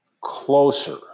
closer